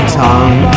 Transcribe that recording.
tongue